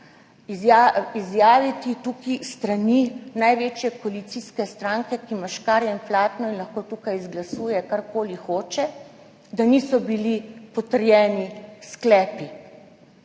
izjava tukaj s strani največje koalicijske stranke, ki ima škarje in platno in lahko tukaj izglasuje, karkoli hoče, da sklepi niso bili potrjeni.